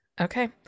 okay